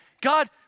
God